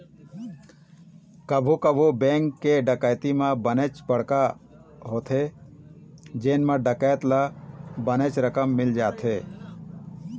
कभू कभू बेंक के डकैती ह बनेच बड़का होथे जेन म डकैत ल बनेच रकम मिल जाथे